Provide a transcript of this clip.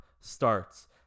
starts